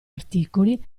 articoli